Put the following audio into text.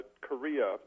Korea